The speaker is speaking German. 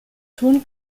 tun